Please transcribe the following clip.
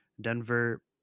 Denver